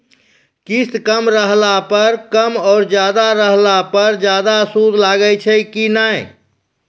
किस्त कम रहला पर कम और ज्यादा रहला पर ज्यादा सूद लागै छै कि नैय?